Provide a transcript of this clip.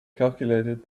calculated